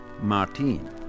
Martine